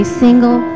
single